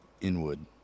Inwood